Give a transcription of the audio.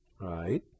right